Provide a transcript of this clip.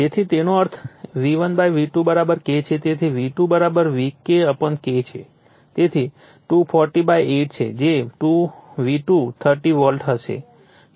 તેથી તેનો અર્થ V1 V2 K છે તેથી V2 V1 K છે તેથી 2408 છે તેથી V2 30 વોલ્ટ હશે